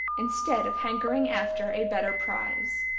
instead of hankering after a better prize.